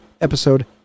episode